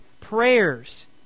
Prayers